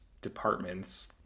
departments